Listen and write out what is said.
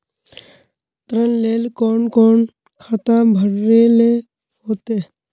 ऋण लेल कोन कोन खाता भरेले होते?